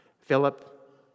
Philip